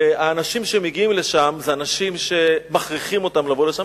והאנשים שמגיעים לשם הם אנשים שמכריחים אותם לבוא לשם,